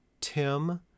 Tim